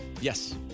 Yes